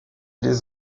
les